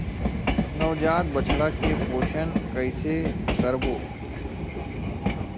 नवजात बछड़ा के पोषण कइसे करबो?